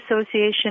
Association